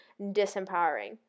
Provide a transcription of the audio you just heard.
disempowering